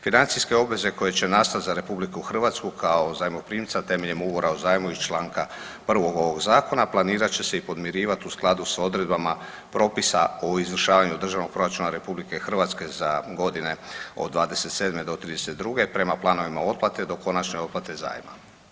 Financijske obveze koje će nastat za RH kao zajmoprimca temeljem ugovora o zajmu iz čl. 1. ovog zakona planirat će se i podmirivat u skladu s odredbama propisa o izvršavanju državnog proračuna RH za godine od '27.-'32. prema planovima otplate do konačne otplate zajma.